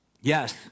Yes